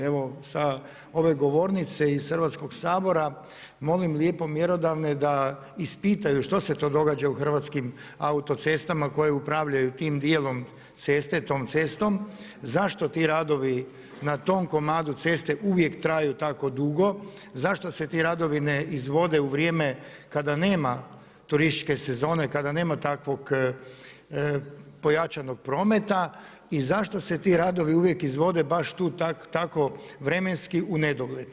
Evo sa ove govornice iz Hrvatskog sabora molim lijepo mjerodavne da ispitaju što se to događa u Hrvatskim autocestama koje upravljaju tim dijelom cestom, tom cestom, zašto ti radovi na tom komadu ceste uvijek traju tako dugo, zašto se ti radovi ne izvode u vrijeme kada nema turističke sezone kada nema takvog pojačanog prometa i zašto se ti radovi uvijek izvode baš tako vremenski u nedogled.